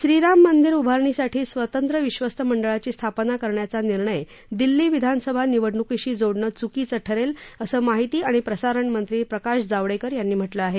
श्री राम मंदिर उभारणीसाठी स्वतंत्र विश्वस्त मंडळाची स्थापना करण्याचा निर्णय दिल्ली विधानसभा निवडणुकीशी जोडणं चुकीचं ठरेल असं माहिती आणि प्रसारणमंत्री प्रकाश जावडेकर यांनी म्हटलं आहे